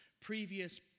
previous